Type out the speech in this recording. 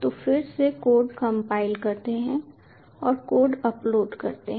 तो हम फिर से कोड कंपाइल करते हैं और कोड अपलोड करते हैं